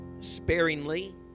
sparingly